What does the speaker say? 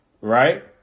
Right